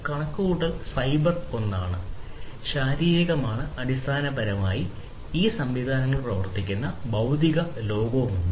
അതിനാൽ കണക്കുകൂട്ടൽ സൈബർ ഒന്നാണ് ശാരീരികമാണ് അടിസ്ഥാനപരമായി ഈ സംവിധാനങ്ങൾ പ്രവർത്തിക്കുന്ന ഭൌതിക ലോകം ഉണ്ട്